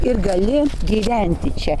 ir gali gyventi čia